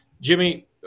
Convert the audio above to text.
Jimmy